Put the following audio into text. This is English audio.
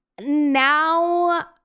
Now